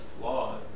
flawed